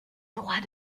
droit